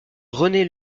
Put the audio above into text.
rené